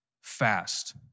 fast